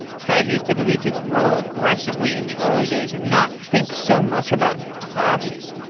strategy is typically to grow aggressively in the early days and not think so much about costs,